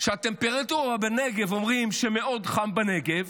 שהטמפרטורה בנגב, אומרים שמאוד חם בנגב,